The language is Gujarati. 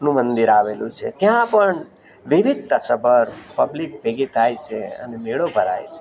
નું મંદિર આવેલું છે ત્યાં પણ વિવિધતાસભર પબ્લિક ભેગી થાય છે અને મેળો ભરાય છે